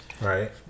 Right